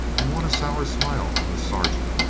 and won a sour smile from the sergeant,